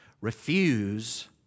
refuse